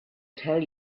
tell